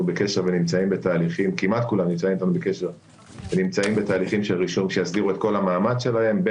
בקשר ונמצאים בתהליכים של רישום שיסדירו את כל המעמד שלהם,